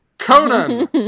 Conan